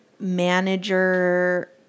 manager